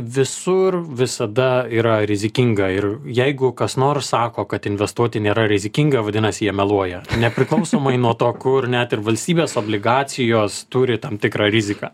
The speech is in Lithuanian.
visur visada yra rizikinga ir jeigu kas nors sako kad investuoti nėra rizikinga vadinasi jie meluoja nepriklausomai nuo to kur net ir valstybės obligacijos turi tam tikrą riziką